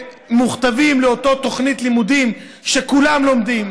הם מוכתבים לאותה תוכנית לימודים שכולם לומדים.